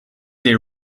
they